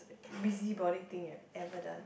busybody thing you have ever done